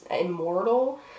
immortal